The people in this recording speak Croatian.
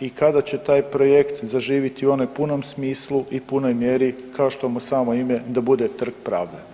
i kada će taj projekt zaživjeti u onom punom smislu i punoj mjeri kao što mu samo ime da bude trg pravde.